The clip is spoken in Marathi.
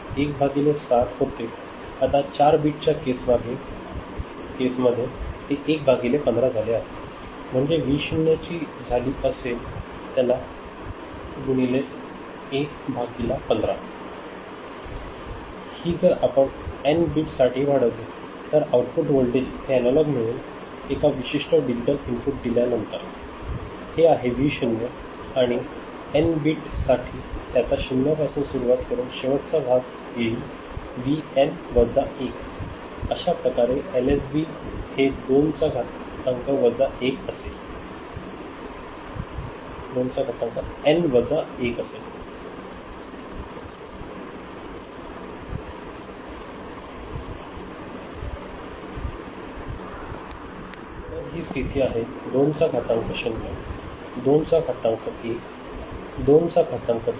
तर ही स्थिती आहे 2 चा घातांक 0 2 चा घातांक 1 2 चा घातांक 2 आणि 2 चा घातांक 3